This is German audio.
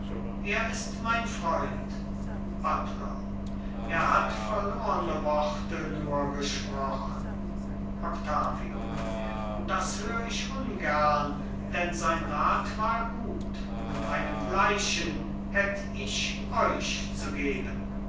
er ist mein freund buttler er hat verlorne worte nur gesprochen octavio das hör ich ungern denn sein rat war gut und einen gleichen hätt ich euch zu geben